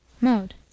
Mode